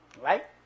Right